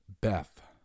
Beth